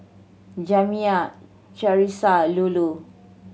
Jamya Charissa Lulu